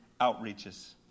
outreaches